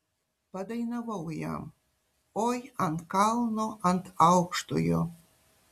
padainavau jam oi ant kalno ant aukštojo